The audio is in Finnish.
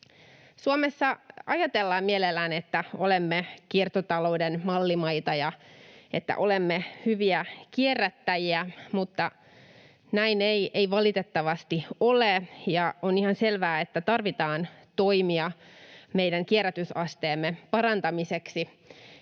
Suomessa ajatellaan mielellään, että olemme kiertotalouden mallimaita ja että olemme hyviä kierrättäjiä, mutta näin ei valitettavasti ole, ja on ihan selvää, että tarvitaan toimia meidän kierrätysasteemme parantamiseksi.